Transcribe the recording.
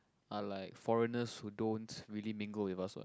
are like foreigners who don't really mingle with us what